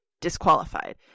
disqualified